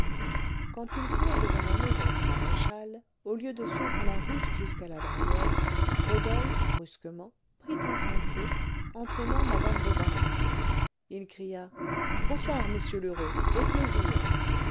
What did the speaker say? quand ils furent devant la maison du maréchal au lieu de suivre la route jusqu'à la barrière rodolphe brusquement prit un sentier entraînant madame bovary il cria bonsoir m lheureux au plaisir